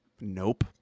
nope